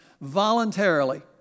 voluntarily